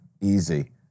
Easy